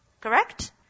Correct